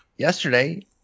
Yesterday